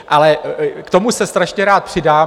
Ale k tomu se strašně rád přidám.